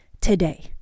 today